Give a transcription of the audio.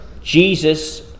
Jesus